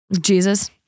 Jesus